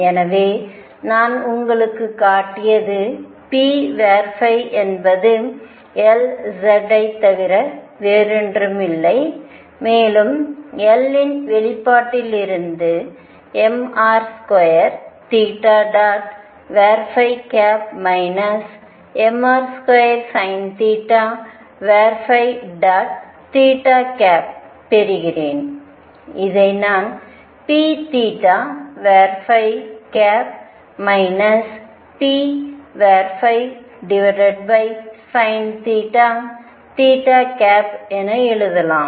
எனவே நான் உங்களுக்குக் காட்டியது p என்பது Lz ஐத் தவிர வேறில்லை மேலும் L இன் வெளிப்பாட்டிலிருந்து mr2 mr2sinθபெறுகிறேன் இதை நான் p psinθ என எழுதலாம்